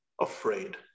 afraid